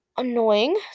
Annoying